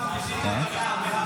הוא?